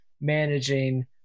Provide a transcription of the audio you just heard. managing